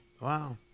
Wow